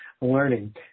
learning